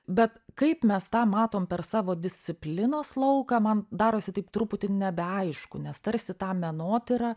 bet kaip mes tą matom per savo disciplinos lauką man darosi taip truputį nebeaišku nes tarsi tą menotyrą